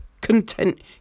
content